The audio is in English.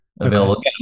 available